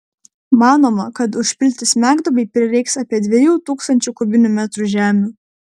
manoma kad užpilti smegduobei prireiks apie dviejų tūkstančių kubinių metrų žemių